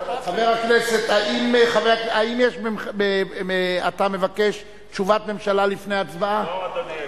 חבר הכנסת, האם אתה מבקש תשובת ממשלה לפני הצבעה?